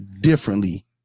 differently